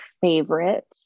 favorite